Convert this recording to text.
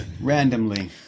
Randomly